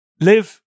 live